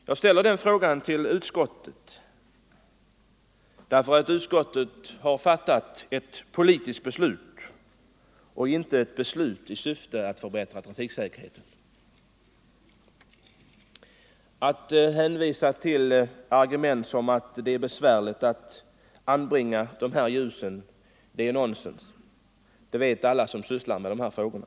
Jag ställer frågan till utskottet, därför att utskottet har fattat ett politiskt beslut och inte ett beslut i syfte att förbättra trafiksäkerheten. Att hänvisa till argument som att det är besvärligt ätt anbringa ljusen är nonsens, det vet alla som sysslar med de här frågorna.